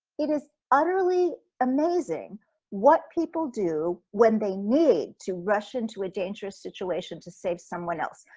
it is utterly amazing what people do when they need to rush into a dangerous situation to save someone else.